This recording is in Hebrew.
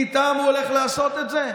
איתם הוא הולך לעשות את זה?